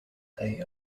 they